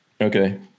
Okay